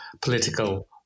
political